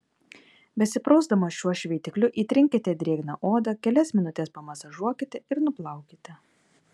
besiprausdamos šiuo šveitikliu įtrinkite drėgną odą kelias minutes pamasažuokite ir nuplaukite